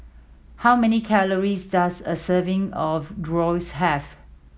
how many calories does a serving of Gyros have